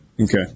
Okay